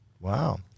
Wow